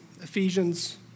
Ephesians